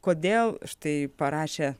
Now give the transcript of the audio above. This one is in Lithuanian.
kodėl štai parašę